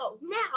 now